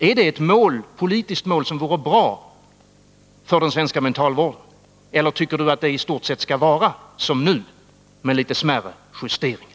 Är det ett politiskt mål som vore bra för den svenska mentalvården, eller tycker Gabriel Romanus att det i stort sett skall vara som nu, med några smärre justeringar?